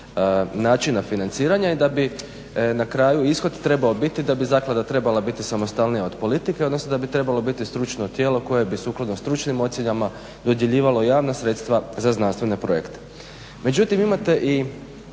načina financiranja da bi na kraju ishod trebao biti, da bi zaklada trebala biti samostalnija od politike, odnosno da bi trebalo biti stručno tijelo koje bi sukladno stručnim ocjenama dodjeljivalo javna sredstva za znanstvene projekte. Međutim imate i,